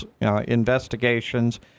investigations